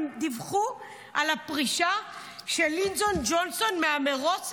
הם דיווחו על הפרישה של לינדון ג'ונסון מהמרוץ,